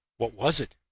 what was it?